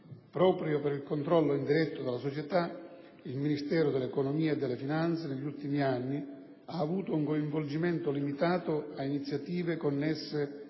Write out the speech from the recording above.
Proprio per il controllo indiretto della società, il Ministero dell'economia e delle finanze negli ultimi anni ha avuto un coinvolgimento limitato ad iniziative connesse